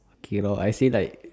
okay lor I say like